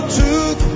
took